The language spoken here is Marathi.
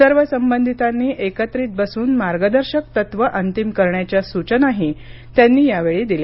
सर्व संबंधितांनी एकत्रित बसून मार्गदर्शक तत्वं अंतिम करण्याच्या सूचनाही त्यांनी यावेळी दिल्या